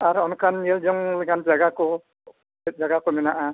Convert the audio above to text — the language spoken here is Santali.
ᱟᱨ ᱦᱚᱸ ᱚᱱᱠᱟᱱ ᱧᱮᱞ ᱧᱚᱝ ᱞᱮᱠᱟᱱ ᱡᱟᱭᱜᱟ ᱠᱚ ᱪᱮᱫ ᱡᱟᱭᱜᱟ ᱠᱚ ᱢᱮᱱᱟᱜᱼᱟ